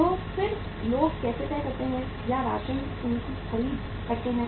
तो फिर लोग कैसे तय करते हैं या राशन उनकी खरीद कहते हैं